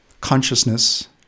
consciousness